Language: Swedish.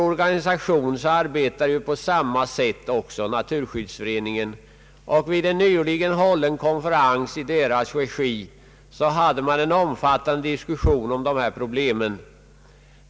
Naturskyddsföreningen arbetar på samma sätt som vår organisation. Vid en nyligen hållen konferens i naturskyddsföreningens regi diskuterades just dessa problem.